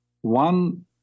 one